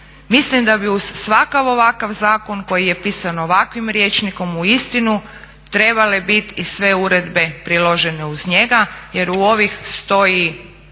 mislim da bi uz svakav ovakav zakon koji je pisan ovakvim rječnikom uistinu trebale bit i sve uredbe priložene uz njega jer u ovih 190